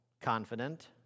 confident